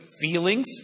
Feelings